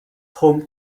home